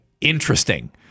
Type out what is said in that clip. interesting